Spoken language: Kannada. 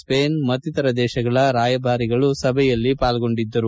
ಸ್ವೇನ್ ಮತ್ತಿತರ ದೇಶಗಳ ರಾಯಭಾರಿಗಳು ಸಭೆಯಲ್ಲಿ ಪಾಲ್ಗೊಂಡಿದ್ದರು